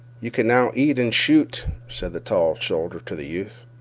you can now eat and shoot, said the tall soldier to the youth.